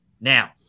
Now